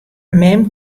mem